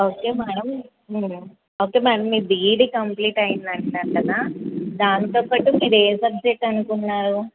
okay madam okay madam మీరు BEd complete అయింది అంటున్నారు కదా మ్యాడం దాంతో పాటు మీరు ఏ సబ్జెక్టు అనుకున్నారు